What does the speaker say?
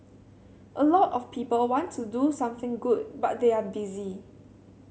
a lot of people want to do something good but they are busy